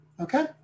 okay